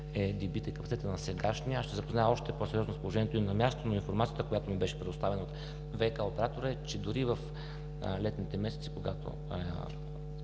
е дебитът и капацитетът на сегашния. Аз ще се запозная още по-сериозно с положението и на място, но информацията, която ми беше предоставена от ВИК оператора, е, че дори в летните месеци, когато